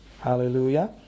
Hallelujah